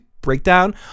breakdown